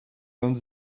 owns